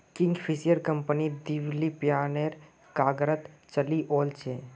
Kingfisher company दिवालियापनेर कगारत चली ओल छै